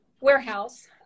warehouse